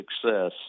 success